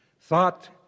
thought